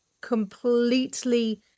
completely